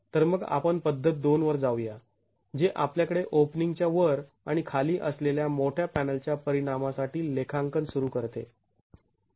तर मग आपण पद्धत २ वर जाऊ या जे आपल्याकडे ओपनिंग च्या वर आणि खाली असलेल्या मोठ्या पॅनलच्या परिणामासाठी लेखांकन सुरू करते